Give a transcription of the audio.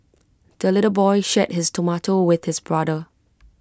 the little boy shared his tomato with his brother